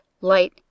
light